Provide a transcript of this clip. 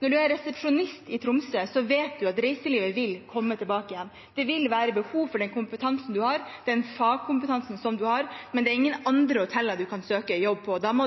Når man er resepsjonist i Tromsø, vet man at reiselivet vil komme tilbake igjen. Det vil være behov for den kompetansen man har, den fagkompetansen man har, men det er ingen andre hoteller man kan søke jobb på. Jeg